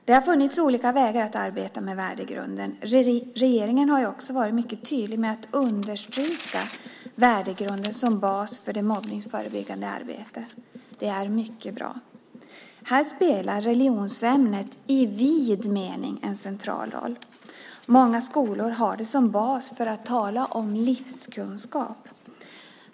Det har funnits olika sätt att arbeta med värdegrunden. Regeringen har ju också varit mycket tydlig med att understryka värdegrunden som bas för det mobbningsförebyggande arbetet. Det är mycket bra. Här spelar religionsämnet i vid mening en central roll. Många skolor har det som bas för att tala om livskunskap.